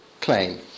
claim